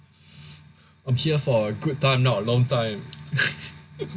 I'm here for a good time not a long time